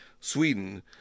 Sweden